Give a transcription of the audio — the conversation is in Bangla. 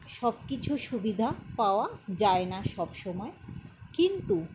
সব কিছু সুবিধা পাওয়া যায় না সব সময় কিন্তু